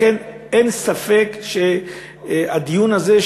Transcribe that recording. לכן אין ספק שהדיון הזה,